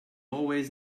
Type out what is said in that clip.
always